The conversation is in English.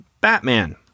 Batman